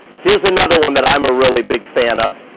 here's another one that i'm a really big fan of.